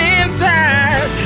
inside